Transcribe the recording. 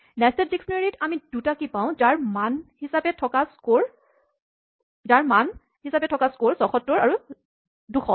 nested ডিস্কনেৰীঅভিধানত আমি দুটা কীচাবি পাওঁ যাৰ মান হিচাপে থকা স্ক'ৰ ৭৬ আৰু ২০০